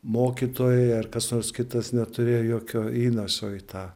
mokytojai ar kas nors kitas neturėjo jokio įnašo į tą